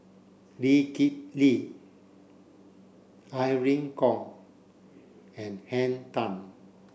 Lee Kip Lee Irene Khong and Henn Tan